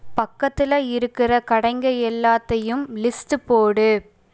பக்கத்தில் இருக்கிற கடைங்க எல்லாத்தையும் லிஸ்ட் போடு